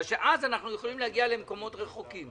כיוון שאז אנחנו יכולים להגיע למקומות רחוקים.